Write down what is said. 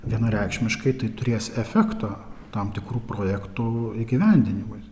vienareikšmiškai tai turės efekto tam tikrų projektų įgyvendinimui